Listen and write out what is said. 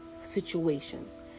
situations